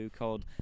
called